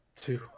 Two